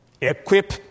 Equip